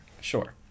Sure